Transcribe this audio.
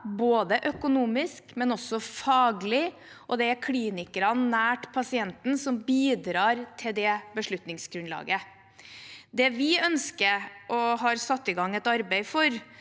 både økonomisk og faglig, og det er klinikerne nært pasienten som bidrar til det beslutningsgrunnlaget. Det vi ønsker og har satt i gang et arbeid for,